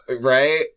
right